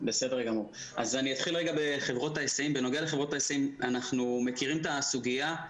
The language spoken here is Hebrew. בסביבות ה-20 מכירים את הסוגיה,